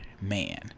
man